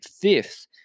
fifth